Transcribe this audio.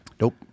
Nope